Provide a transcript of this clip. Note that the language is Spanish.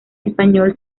español